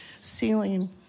ceiling